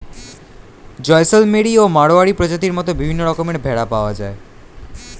জয়সলমেরি ও মাড়োয়ারি প্রজাতির মত বিভিন্ন রকমের ভেড়া পাওয়া যায়